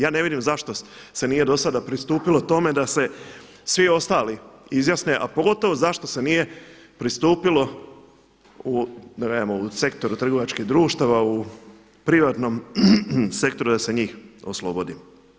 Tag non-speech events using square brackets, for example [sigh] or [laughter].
Ja ne vidim zašto se nije do sada pristupilo tome da se svi ostali izjasne a pogotovo zašto se nije pristupilo u, … [unintelligible] u sektoru trgovačkih društava, u privatnom sektoru da se njih oslobodi.